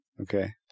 Okay